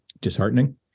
disheartening